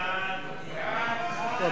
הגיע הזמן.